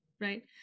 Right